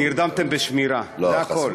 נרדמתם בשמירה, זה הכול.